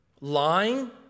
lying